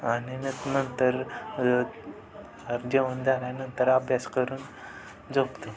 आणि मग नंतर र जेवण झाल्यानंतर अभ्यास करून झोपतो